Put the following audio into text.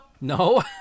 No